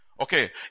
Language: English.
okay